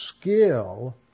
skill